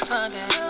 Sunday